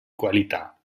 qualità